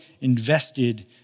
invested